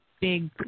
big